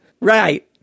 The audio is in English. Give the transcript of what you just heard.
right